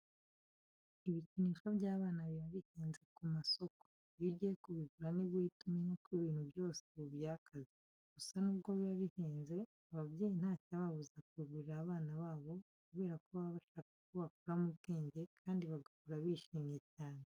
Ibikinisho by'abana biba bihenze ku masoko. Iyo ugiye kubigura nibwo uhita umenya ko ibintu byose ubu byakaze. Gusa nubwo biba bihenze, ababyeyi ntacyababuza kubigurira abana babo kubera ko baba bashaka ko bakura mu bwenge kandi bagahora bishimye cyane.